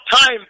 time